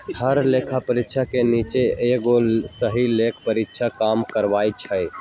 हर लेखा परीक्षक के नीचे एगो सहलेखा परीक्षक काम करई छई